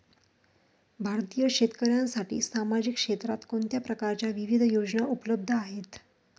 भारतीय शेतकऱ्यांसाठी सामाजिक क्षेत्रात कोणत्या प्रकारच्या विविध योजना उपलब्ध आहेत?